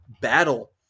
battle